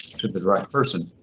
to the right person.